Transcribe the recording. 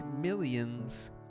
millions